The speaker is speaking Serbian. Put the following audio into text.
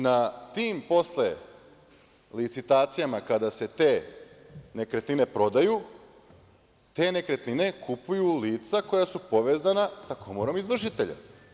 Na tim posle licitacijama, kada se te nekretnine prodaju, te nekretnine kupuju lica koja su povezana sa komorom izvršitelja.